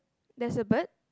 there's a bird